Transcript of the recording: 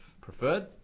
preferred